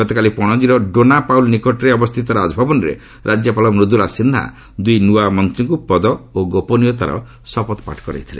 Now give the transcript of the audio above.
ଗତକାଲି ପାଣାଜ୍ଜୀର ଡୋନା ପାଉଲା ନିକଟରେ ଅବସ୍ଥିତ ରାଜଭବନରେ ରାକ୍ୟପାଳ ମୃଦୁଳା ସିହ୍ନା ଦୁଇ ନୂଆ ମନ୍ତ୍ରୀଙ୍କୁ ପଦ ଓ ଗୋପନୀୟତାର ଶପଥପାଠ କରାଇଥିଲେ